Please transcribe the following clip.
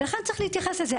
ולכן, צריך להתייחס לזה.